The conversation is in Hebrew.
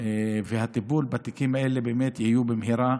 והטיפול בתיקים האלה באמת יהיו במהרה,